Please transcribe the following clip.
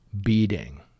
beating